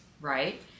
right